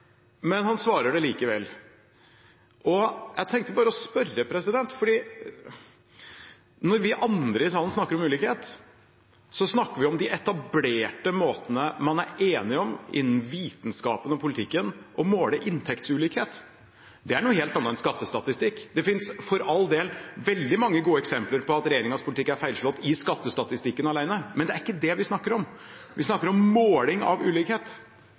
men han svarer det likevel. Jeg ville bare spørre om det, for når vi andre i salen snakker om ulikhet, snakker vi om de etablerte måtene man er enig om innenfor vitenskapen og politikken å måle inntektsulikhet på. Det er noe helt annet enn skattestatstikk. Det finnes for all del veldig mange gode eksempler på at regjeringens politikk er feilslått i skattestatistikken alene, men det er ikke det vi snakker om. Vi snakker om måling av ulikhet.